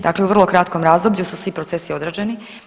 Dakle, u vrlo kratkom razdoblju su svi procesi odrađeni.